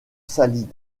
saline